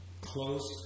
close